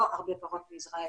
לא הרבה פחות מישראל.